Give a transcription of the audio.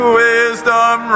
wisdom